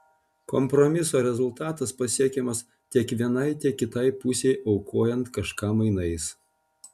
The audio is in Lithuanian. kompromiso rezultatas pasiekiamas tiek vienai tiek kitai pusei aukojant kažką mainais